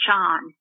John